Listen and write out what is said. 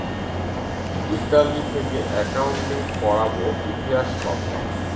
Italy থেকে accounting করাবো ইতিহাস পাবো